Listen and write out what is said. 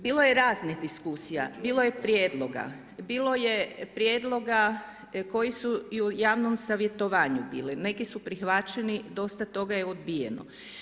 Bilo je raznih diskusija, bilo je prijedloga, bilo je prijedloga koji su i u javnom savjetovanju bili, neki su prihvaćeni, dosta toga je odbijeno.